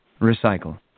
Recycle